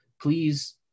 please